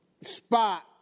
spot